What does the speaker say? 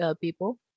people